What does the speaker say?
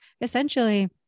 essentially